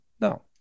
No